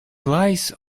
lies